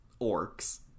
orcs